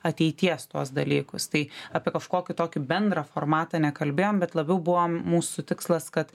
ateities tuos dalykus tai apie kažkokį tokį bendrą formatą nekalbėjom bet labiau buvo mūsų tikslas kad